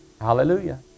Hallelujah